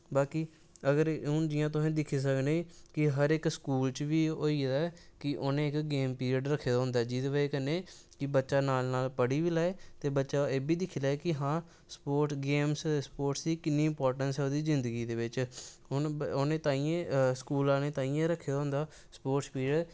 बाकी अगर जि'यां हून तुस दिक्खी सकने कि हर इक स्कूल च बी होई गेदा ऐ कि उ'नें इक गेम पिर्ड़ रक्खे दा होंदा जेह्दी बज़ाह् कन्नै कि बच्चा नाल नाल पढ़ी बी लै ते बच्चा एह् बी दिक्खी लै कि हां स्पोटस गेमस स्पोटस दी किन्नी इंपार्टैंस ऐ ओह्दी जिन्दगी दे बिच्च उ'नें तांइयें स्कूल आह्लें ताहियें रक्खे दा होंदा स्पोर्टस पिर्ड़